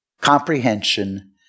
comprehension